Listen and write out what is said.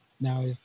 Now